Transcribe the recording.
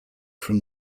from